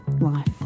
life